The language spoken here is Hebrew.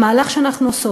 המהלך שאנחנו עושות,